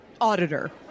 auditor